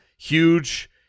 Huge